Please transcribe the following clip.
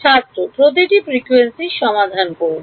ছাত্র প্রতিটি ফ্রিকোয়েন্সি সমাধান করুন